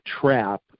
trap